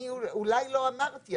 אני אולי לא אמרתי,